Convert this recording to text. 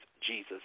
Jesus